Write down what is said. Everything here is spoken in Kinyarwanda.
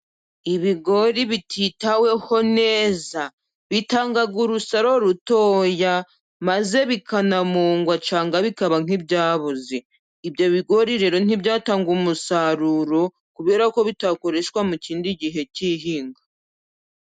Ibigori bititaweho neza bitanga urusoro rutoya, maze bikanamungwa cyangwa bikaba nk'ibyaboze, ibyo bigori rero ntibyatanga umusaruro kubera ko bitakoreshwa mu kindi gihe cy'ihinga.